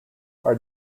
are